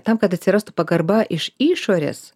tam kad atsirastų pagarba iš išorės